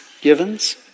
givens